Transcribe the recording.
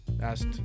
asked